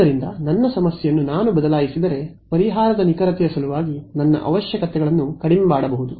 ಆದ್ದರಿಂದ ನನ್ನ ಸಮಸ್ಯೆಯನ್ನು ನಾನು ಬದಲಾಯಿಸಿದರೆ ಪರಿಹಾರದ ನಿಖರತೆಯ ಸಲುವಾಗಿ ನನ್ನ ಅವಶ್ಯಕತೆಗಳನ್ನು ಕಡಿಮೆ ಮಾಡಬಹುದು